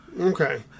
Okay